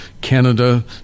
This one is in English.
Canada